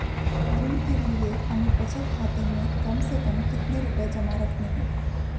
ऋण के लिए हमें बचत खाते में कम से कम कितना रुपये जमा रखने हैं?